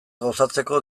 gozatzeko